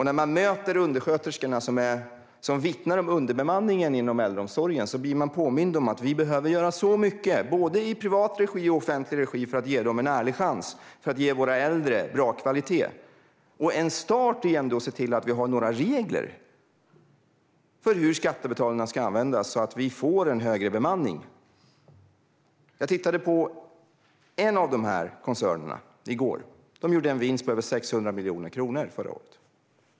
När man möter undersköterskorna som vittnar om underbemanningen inom äldreomsorgen blir man påmind om att vi behöver göra så mycket, både i privat regi och i offentlig regi, för att ge dem en ärlig chans att ge våra äldre bra kvalitet. En start är att se till att vi har några regler för hur skattepengarna ska användas så att vi får en högre bemanning. Jag tittade på en av koncernerna inom äldreomsorgsverksamheten i går. De gjorde en vinst på över 600 miljoner kronor förra året.